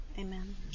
Amen